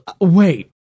wait